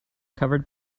covered